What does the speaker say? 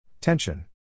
Tension